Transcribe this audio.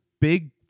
big